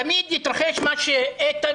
תמיד יתרחש מה שאיתן,